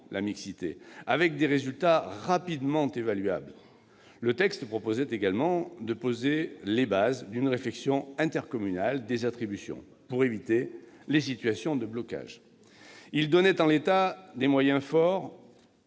la mixité sociale, avec des résultats rapidement évaluables. Le texte prévoyait également de poser les bases d'une réflexion intercommunale sur les attributions de logements sociaux, pour éviter les situations de blocage. Il donnait à l'État des moyens forts